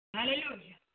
Hallelujah